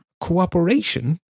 cooperation